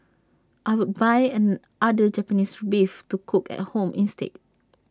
I would buy A other Japanese Beef to cook at home instead